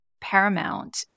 paramount